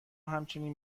همچنین